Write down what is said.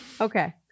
Okay